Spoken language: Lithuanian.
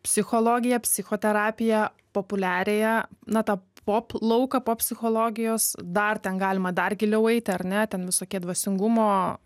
psichologiją psichoterapiją populiariają na tą pop lauką pop psichologijos dar ten galima dar giliau eiti ar ne ten visokie dvasingumo